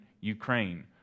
Ukraine